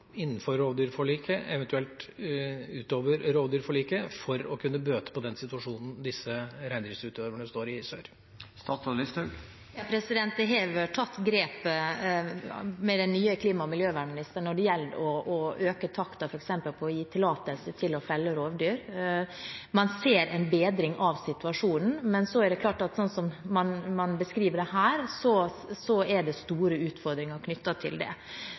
rovdyrforliket – eventuelt utover rovdyrforliket – for å kunne bøte på situasjonen som reindriftsutøverne i sør står i? Det er tatt grep av den nye klima- og miljøministeren ved å øke takten når det gjelder f.eks. å gi tillatelse til å felle rovdyr. Man ser en bedring av situasjonen, men så er det klart, som man beskriver det her, at det er store utfordringer knyttet til det.